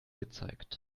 gezeigt